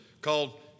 called